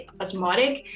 osmotic